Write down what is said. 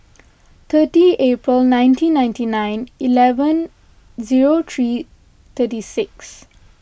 thirty April nineteen ninety nine eleven zero three thirty six